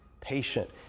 patient